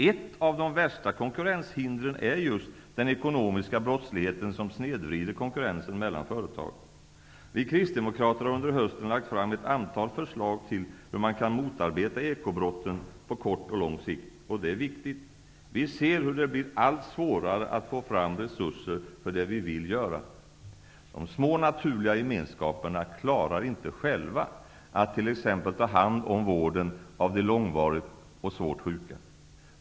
Ett av de värsta konkurrenshindren är just den ekonomiska brottsligheten, som snedvrider konkurrensen mellan företag. Vi kristdemokrater har under hösten lagt fram ett antal förslag till hur man kan motarbeta ekobrotten på kort och lång sikt. Och det är viktigt! Vi ser hur det blir allt svårare att få fram resurser för det vi vill göra. De små naturliga gemenskaperna klarar inte själva av att t.ex. ta hand om vården av de långvarigt och svårt sjuka.